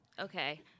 Okay